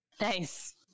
Nice